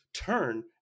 turn